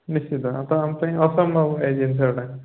ନିଶ୍ଚିତ ତ ଆମପାଇଁ ଅସମ୍ଭବ ଏଇ ଜିନିଷଟା